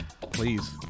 please